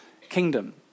kingdom